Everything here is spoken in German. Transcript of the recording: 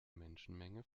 menschenmenge